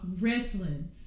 wrestling